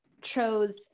chose